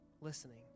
Listening